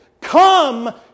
Come